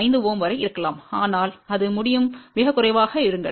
5 Ω வரை இருக்கலாம் ஆனால் அது முடியும் மிகக்குறைவாக இருங்கள்